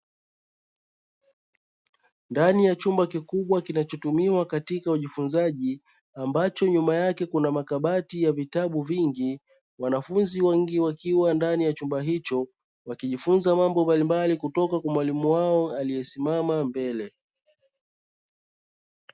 Ndani ya chumba kikubwa kinachotumiwa katika ujifunzaji ambacho nyuma yake kuna makabati ya vitabu vingi, wanafunzi wengi wakiwa ndani ya chumba hicho wakijifunza mambo mbalimbali kutoka kwa mwalimu wao aliyesimama mbele.